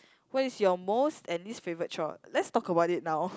what is your most and least favourite chore let's talk about it now